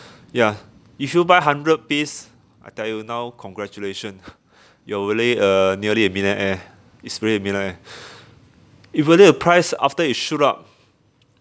ya if you buy hundred piece I tell you now congratulation you're really uh nearly a millionaire it's really a millionaire you value the price after it shoot up